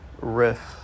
riff